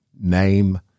name